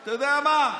אתה יודע מה?